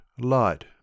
light